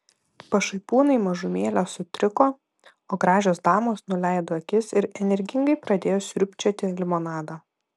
pašaipūnai mažumėlę sutriko o gražios damos nuleido akis ir energingai pradėjo sriubčioti limonadą